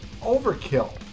Overkill